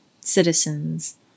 citizens